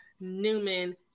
Newman